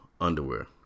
underwear